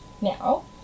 Now